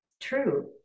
true